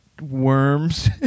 worms